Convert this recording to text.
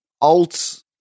alt